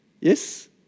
Yes